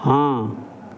हाँ